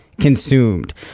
consumed